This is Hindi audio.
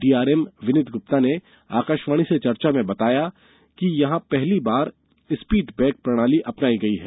डीआरएम विनीत गुप्ता ने आकाशवाणी से चर्चा में बताया गया कि यहां पहली बार स्पिट बैग प्रणाली अपनाई जा रही है